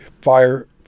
fire